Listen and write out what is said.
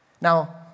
Now